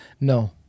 No